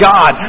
God